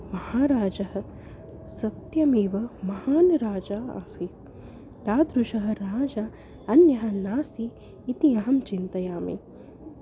महाराजः सत्यमेव महान् राजा आसीत् तादृशः राजा अन्यः नास्ति इति अहं चिन्तयामि